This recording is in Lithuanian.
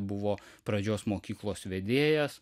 buvo pradžios mokyklos vedėjas